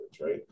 right